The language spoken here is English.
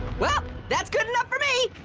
well, that's good enough for me.